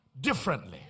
differently